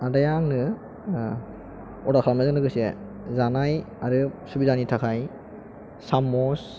आदाया आंनो अर्दार खालामनायजों लोगोसे जानाय आरो सुबिदानि थाखाय साम'स